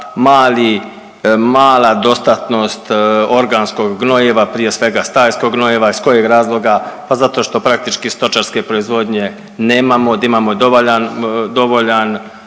mala dostatnost organskog gnojiva prije svega stajskog gnojiva. Iz kojeg razloga? Pa zato što praktički stočarske proizvodnje nemamo, da imamo dovoljan,